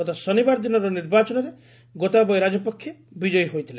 ଗତ ଶନିବାର ଦିନର ନିର୍ବାଚନରେ ଗୋତାବୟ ରାଜପକ୍ଷେ ବିଜୟୀ ହୋଇଥିଲେ